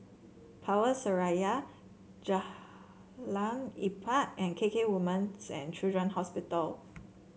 Power Seraya Jalan Empat and K K Women's and Children Hospital